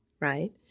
right